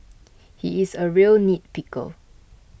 he is a real nitpicker